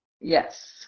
Yes